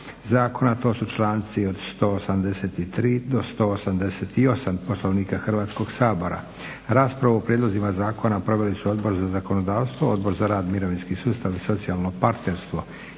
zakona, to su članci od 183-188. Poslovnika Hrvatskog sabora. Raspravu o prijedlozima zakona proveli su Odbor za zakonodavstvo, Odbor za rad, mirovinski sustav i socijalno partnerstvo.